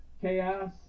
Chaos